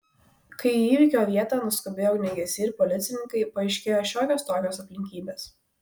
kai į įvykio vietą nuskubėjo ugniagesiai ir policininkai paaiškėjo šiokios tokios aplinkybės